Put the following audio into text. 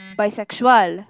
bisexual